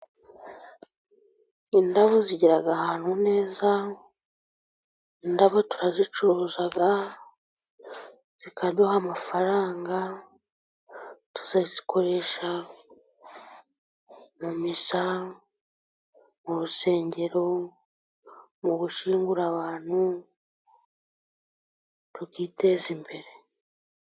Indabo zigira ahantu neza indabo turazicuruza zikaduha amafaranga, tukazikoresha mu misa no mu rusengero mu gushyingura abantu, tukiteza imbere.